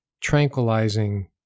tranquilizing